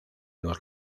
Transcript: los